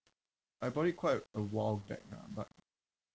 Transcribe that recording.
I bought it quite a while back lah but